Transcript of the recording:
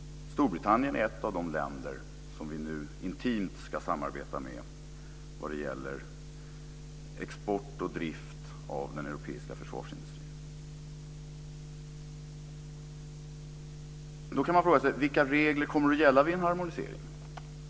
Storbritannien är ett av de länder som vi nu intimt ska samarbeta med vad det gäller export och drift av den europeiska försvarsindustrin. Då kan man fråga sig vilka regler som kommer att gälla vid en harmonisering.